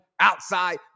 Outside